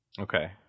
Okay